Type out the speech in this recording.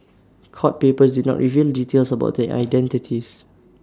court papers did not reveal details about their identities